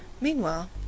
Meanwhile